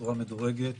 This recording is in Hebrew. את